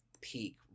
peak